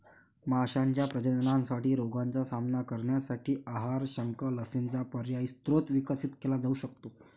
माशांच्या प्रजननासाठी रोगांचा सामना करण्यासाठी आहार, शंख, लसींचा पर्यायी स्रोत विकसित केला जाऊ शकतो